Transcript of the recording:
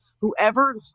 Whoever